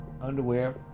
Underwear